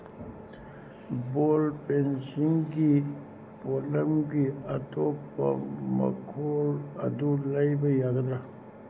ꯕꯣꯜ ꯄꯦꯟꯁꯤꯡꯒꯤ ꯄꯣꯠꯂꯝꯒꯤ ꯑꯇꯣꯞꯄ ꯃꯀꯣꯜ ꯑꯗꯨ ꯂꯩꯕ ꯌꯥꯒꯗ꯭ꯔꯥ